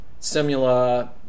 Simula